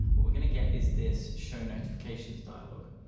what we're going to get is this show notifications dialog.